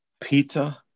Peter